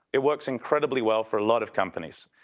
it works incredibly well for a lot of companies.